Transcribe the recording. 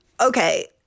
Okay